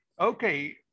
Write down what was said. Okay